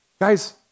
Guys